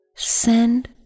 Send